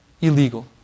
illegal